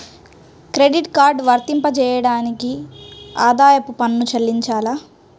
Credit card వర్తింపజేయడానికి ఆదాయపు పన్ను చెల్లించాలా?